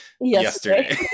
yesterday